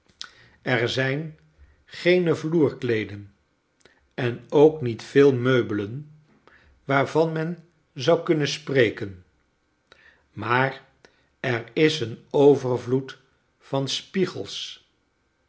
er zijn geene vloerkleeden en ook niet veel meubelen waarvan men zoukunnen spreken maar er is een overvloed van spiegels